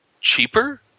cheaper